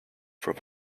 from